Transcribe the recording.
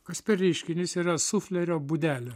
kas per reiškinys yra suflerio būdelė